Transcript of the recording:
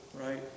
Right